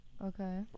Okay